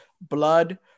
Blood